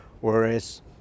Whereas